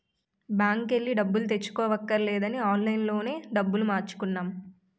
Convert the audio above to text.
బాంకెల్లి డబ్బులు తెచ్చుకోవక్కర్లేదని ఆన్లైన్ లోనే డబ్బులు మార్చుకున్నాం